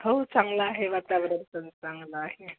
हो चांगलं आहे वातावरण तसं चांगलं आहे